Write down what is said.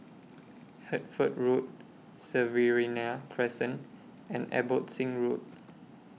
Hertford Road Riverina Crescent and Abbotsingh Road